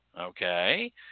okay